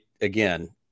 Again